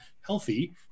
healthy